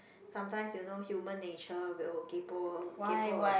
sometimes you know human nature will kaypo kaypo a bit